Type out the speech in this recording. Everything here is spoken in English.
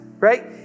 Right